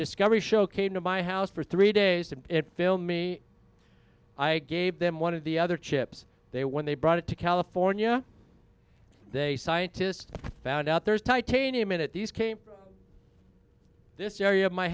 discovery show came to my house for three days to film me i gave them one of the other chips they when they brought it to california they scientists found out there's titanium in it these came this area of my